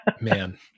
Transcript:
man